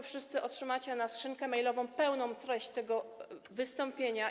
Wszyscy otrzymacie na skrzynkę mailową pełną treść tego wystąpienia.